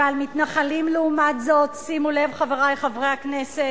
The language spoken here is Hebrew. ועל מתנחלים לעומת זאת, שימו לב, חברי חברי הכנסת,